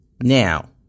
Now